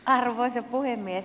arvoisa puhemies